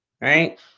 Right